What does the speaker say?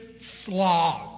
slog